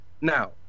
Now